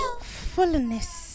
fullness